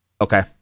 Okay